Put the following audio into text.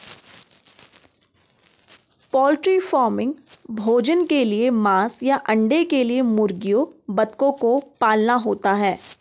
poultry farming भोजन के लिए मांस या अंडे के लिए मुर्गियों बतखों को पालना होता है